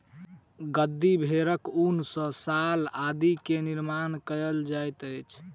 गद्दी भेड़क ऊन सॅ शाल आदि के निर्माण कयल जाइत अछि